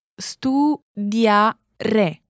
Studiare